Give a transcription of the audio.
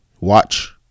watch